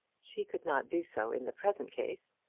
she could not do so in the present case,